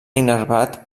innervat